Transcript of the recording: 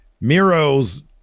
Miro's